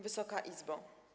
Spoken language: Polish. Wysoka Izbo!